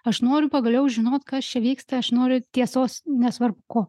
aš noriu pagaliau žinot kas čia vyksta aš noriu tiesos nesvarbu ko